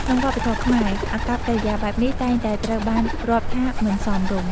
ក្នុងវប្បធម៌ខ្មែរ អាកប្បកិរិយាបែបនេះតែងតែត្រូវបានរាប់ថាមិនសមរម្យ។